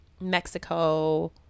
Mexico